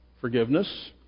Forgiveness